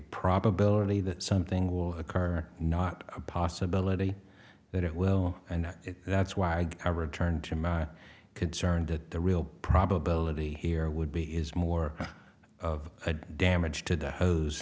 probability that something will occur or not a possibility that it will and that's why i returned to my concern that the real probability here would be is more of a damage to the hose